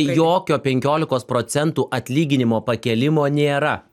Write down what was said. jokio penkiolikos procentų atlyginimo pakėlimo nėra